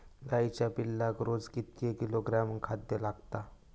गाईच्या पिल्लाक रोज कितके किलोग्रॅम खाद्य लागता?